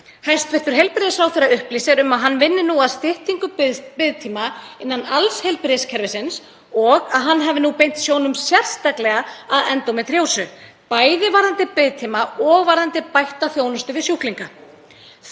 Hæstv. heilbrigðisráðherra upplýsir um að hann vinni nú að styttingu biðtíma innan alls heilbrigðiskerfisins og að hann hafi beint sjónum sérstaklega að endómetríósu, bæði varðandi biðtíma og varðandi bætta þjónustu við sjúklinga.